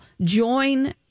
join